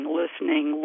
listening